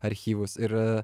archyvus ir